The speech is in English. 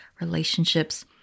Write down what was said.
relationships